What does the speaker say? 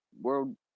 world